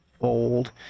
fold